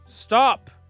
Stop